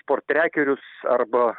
portrekerius arba